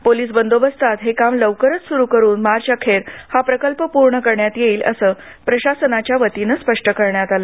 police बंदोबस्तात हे काम लवकरच सुरू करून मार्च अखेर हा प्रकल्प पूर्ण करण्यात येईल असं प्रशासनाच्या वतीने स्पष्ट करण्यात आले